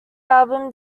album